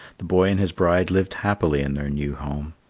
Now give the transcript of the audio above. the boy and his bride lived happily in their new home.